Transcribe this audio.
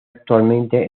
actualmente